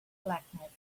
blackness